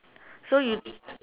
so you